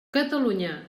catalunya